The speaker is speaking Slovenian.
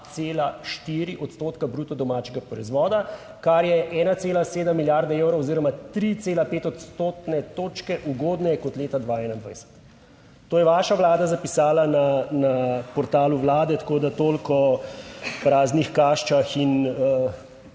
2,4 odstotka bruto domačega proizvoda, kar je 1,7 milijarde evrov oziroma 3,5 odstotne točke ugodneje kot leta 2021." To je vaša Vlada zapisala na portalu Vlade, tako da toliko o praznih kaščah in